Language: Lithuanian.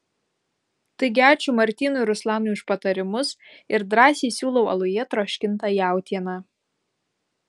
taigi ačiū martynui ir ruslanui už patarimus ir drąsiai siūlau aluje troškintą jautieną